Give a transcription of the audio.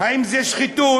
האם זה "שחיתות"?